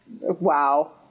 Wow